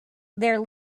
there